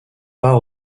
part